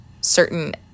certain